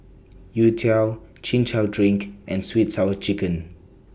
Youtiao Chin Chow Drink and Sweet Sour Chicken